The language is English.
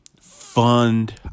fund